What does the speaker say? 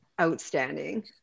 outstanding